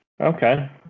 Okay